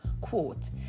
Quote